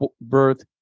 birth